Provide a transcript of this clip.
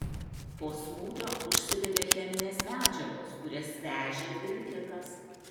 po smūgio užsidegė cheminės medžiagos kurias vežė vilkikas